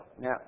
Now